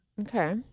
Okay